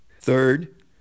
Third